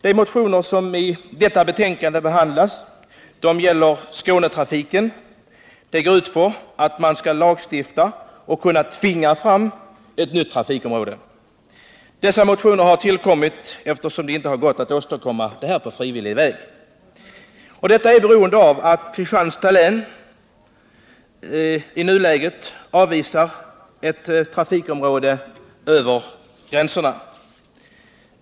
De motioner som behandlas i detta betänkande gäller Skånetrafiken. De går ut på att man skall lagstifta och kunna tvinga fram ett nytt trafikområde. Dessa motioner har tillkommit eftersom det inte har gått att åstadkomma detta på frivillig väg. Det beror på att Kristianstads län i nuläget avvisar ett trafikområde över gränserna.